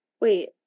Wait